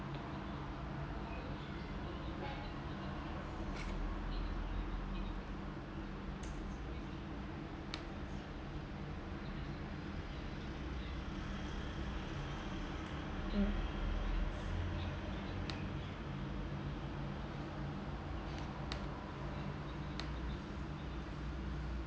mm